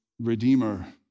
Redeemer